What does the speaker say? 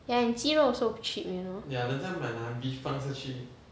ya 你肌肉 so cheap you know